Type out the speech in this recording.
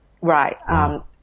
Right